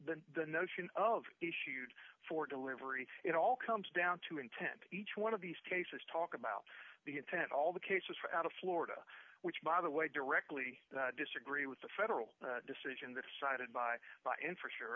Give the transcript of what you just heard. the notion of issued for delivery it all comes down to intent each one of these cases talk about the intent all the cases for out of florida which by the way directly disagree with the federal decision the cited by by and for sure